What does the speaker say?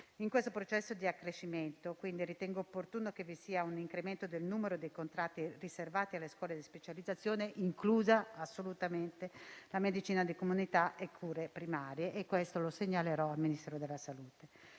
In questo processo di accrescimento ritengo opportuno che vi sia un incremento del numero dei contratti riservati alle scuole di specializzazione, inclusa la medicina di comunità e cure primarie. E questo lo segnalerò al Ministro della salute.